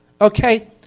okay